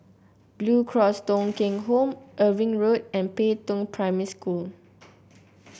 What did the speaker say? Blue Cross Thong Kheng Home Irving Road and Pei Tong Primary School